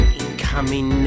incoming